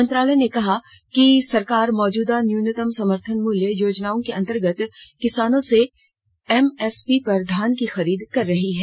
मंत्रालय ने कहा कि सरकार मौजूदा न्यूनतम समर्थन मूल्य योजनाओं के अंतर्गत किसानों से एम एस पी पर धान की खरीद कर रही है